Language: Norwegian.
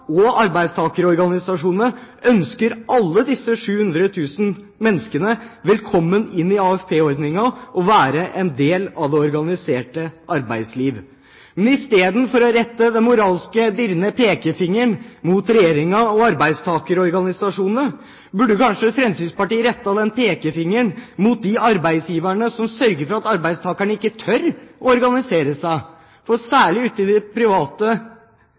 og arbeidstakerorganisasjonene ønsker alle disse 700 000 menneskene velkommen inn i AFP-ordningen og til å være en del av det organiserte arbeidsliv. Men istedenfor å rette den moralske, dirrende pekefingeren mot Regjeringen og arbeidstakerorganisasjonene burde kanskje Fremskrittspartiet rette den pekefingeren mot de arbeidsgiverne som sørger for at arbeidstakerne ikke tør å organisere seg. Særlig ute i den private